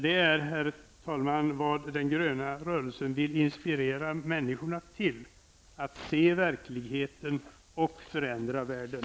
Det är, herr talman, vad den gröna rörelsen vill inspirera människor till -- att se verkligheten och förändra världen.